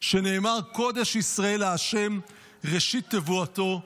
שנאמר 'קֹדש ישראל לה' ראשית תבואתֹה'".